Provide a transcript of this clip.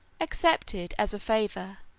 accepted, as a favor,